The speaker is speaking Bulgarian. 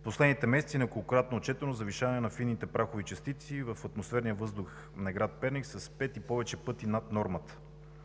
В последните месеци неколкократно е отчетено завишаване на фините прахови частици в атмосферния въздух на град Перник с пет и повече пъти над нормата.